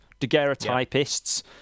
daguerreotypists